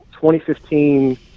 2015